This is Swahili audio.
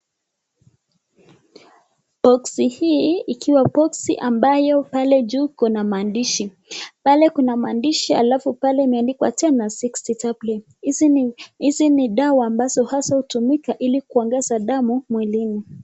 Boksi hii ikiwa boksi ambayo pale juu kuna maandishi, pale kuna maandishi alfu pale imeandikwa tena sixty tablet hizi ni dawa ambazo haswa inatumika ilikuongeza damu mwilini.